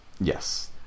yes